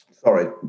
Sorry